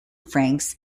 franks